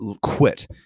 quit